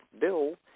Bill